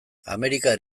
amerikar